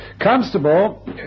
Constable